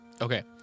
Okay